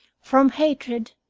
from hatred,